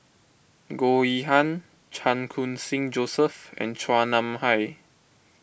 Goh Yihan Chan Khun Sing Joseph and Chua Nam Hai